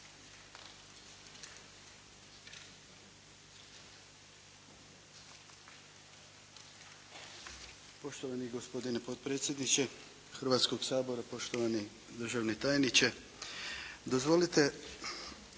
Poštovani gospodine potpredsjedniče Hrvatskog sabora, poštovani državni tajniče dozvolite